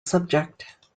subject